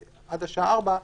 עד השעה 16:00,